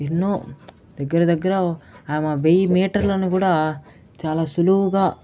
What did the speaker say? ఎన్నో దగ్గర దగ్గర ఆమె వెయ్యి మీటర్లను కూడా చాలా సులువుగా